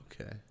okay